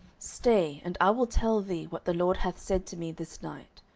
stay, and i will tell thee what the lord hath said to me this night.